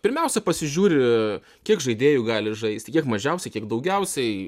pirmiausia pasižiūri kiek žaidėjų gali žaisti kiek mažiausiai kiek daugiausiai